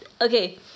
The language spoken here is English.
okay